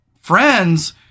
friends